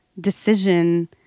decision